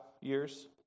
years